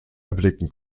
erblicken